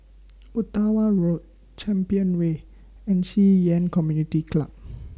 Ottawa Road Champion Way and Ci Yuan Community Club